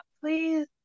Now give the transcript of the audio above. please